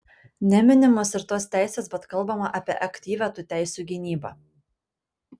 neminimos ir tos teisės bet kalbama apie aktyvią tų teisių gynybą